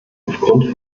aufgrund